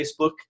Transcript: Facebook